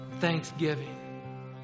Thanksgiving